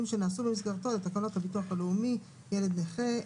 שנעשו במסגרתו לתקנות הביטוח הלאומי (ילד נכה),